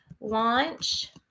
launch